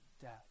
death